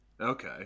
Okay